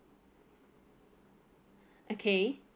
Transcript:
okay